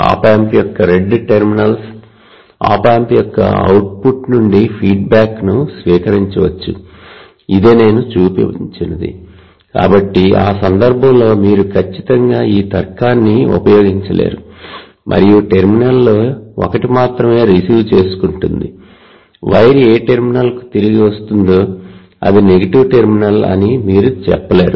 ఆప్ amp యొక్క రెండు terminals op amp యొక్క అవుట్పుట్ నుండి ఫీడ్బ్యాక్ ని స్వీకరించవచ్చు ఇదే నేను చూపించినది కాబట్టి ఆ సందర్భంలో మీరు ఖచ్చితంగా ఈ తర్కాన్ని ఉపయోగించలేరు మరియు టెర్మినల్లో ఒకటి మాత్రమే రిసీవ్ చేసుకుంటుంది వైర్ ఏ టెర్మినల్కు తిరిగి వస్తుందో అది నెగటివ్ టెర్మినల్ అని మీరు చెప్పలేరు